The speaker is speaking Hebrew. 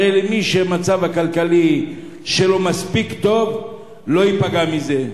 הרי מי שהמצב הכלכלי שלו מספיק טוב לא ייפגע מזה.